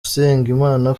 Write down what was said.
usengimana